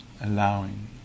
allowing